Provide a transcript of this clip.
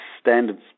standards